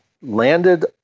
landed